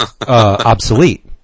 obsolete